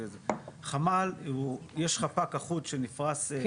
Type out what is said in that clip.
יש חפ"ק אחוד שנפרס בשטח,